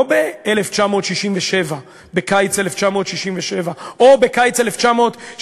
לא בקיץ 1967 או בקיץ 1968,